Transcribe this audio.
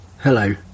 Hello